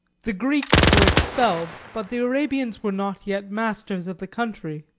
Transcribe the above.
the greeks were expelled, but the arabians were not yet masters of the country.